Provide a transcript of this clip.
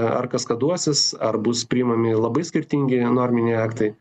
ar kaskaduosis ar bus priimami labai skirtingi norminiai aktai